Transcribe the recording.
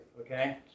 okay